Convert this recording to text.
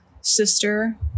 sister